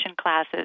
classes